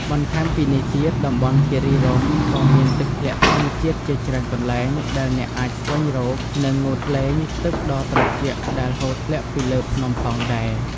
បន្ថែមពីនេះទៀត តំបន់គិរីរម្យក៏មានទឹកធ្លាក់ធម្មជាតិជាច្រើនកន្លែង ដែលអ្នកអាចស្វែងរក និងងូតលេងទឹកដ៏ត្រជាក់ដែលហូរធ្លាក់ពីលើភ្នំផងដែរ។